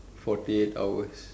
forty eight hours